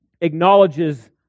acknowledges